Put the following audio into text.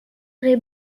est